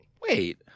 Wait